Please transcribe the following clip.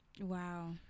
wow